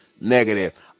negative